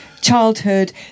childhood